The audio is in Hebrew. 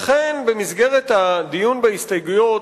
לכן במסגרת הדיון בהסתייגויות,